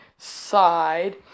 Side